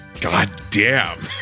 goddamn